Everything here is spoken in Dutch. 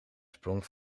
sprong